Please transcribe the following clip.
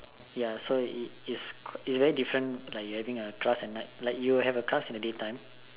ya so it's very different like you're having a class at night like you will have a class in the daytime